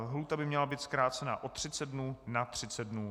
Lhůta by měla být zkrácena o 30 dnů na 30 dnů.